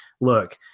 look